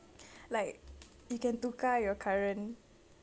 like you can tukar your current